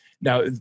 Now